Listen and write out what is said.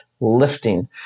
lifting